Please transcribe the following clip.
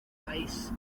país